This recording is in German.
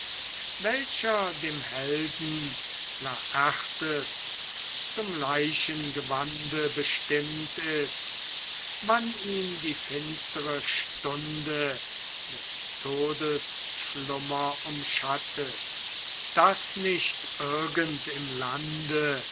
welcher dem helden laertes zum leichengewande bestimmt ist wann ihn die finstere stunde mit todesschlummer umschattet daß nicht irgend im lande